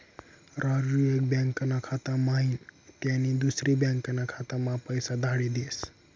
राजू एक बँकाना खाता म्हाईन त्यानी दुसरी बँकाना खाताम्हा पैसा धाडी देस